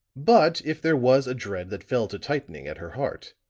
but, if there was a dread that fell to tightening at her heart,